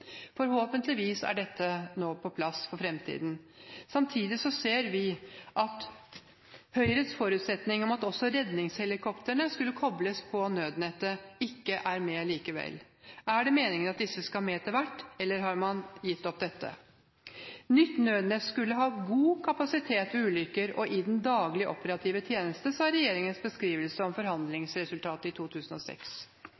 Forhåpentligvis er dette nå på plass for fremtiden. Samtidig ser vi at Høyres forutsetning om at også redningshelikoptrene skulle koples på nødnettet, ikke er med likevel. Er det meningen at disse skal med etter hvert, eller har man gitt opp dette? Nytt nødnett skal ha: «god kapasitet ved ulykker og i den daglige operative tjeneste». Det var regjeringens beskrivelse